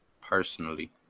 Personally